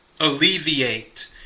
alleviate